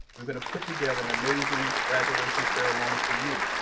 we're gonna put together an amazing graduation ceremony for you.